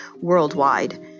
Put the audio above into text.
worldwide